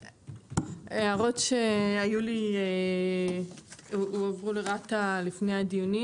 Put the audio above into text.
הערות שהיו לי הועברו לרת"א לפני הדיונים